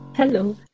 Hello